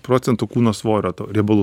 procentų kūno svorio to riebalų